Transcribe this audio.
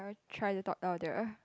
try to dot down there